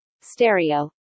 stereo